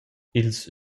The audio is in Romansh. ils